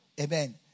Amen